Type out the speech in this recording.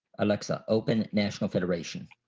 alexa open national federation.